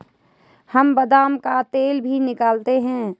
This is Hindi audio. हम बादाम का तेल भी निकालते हैं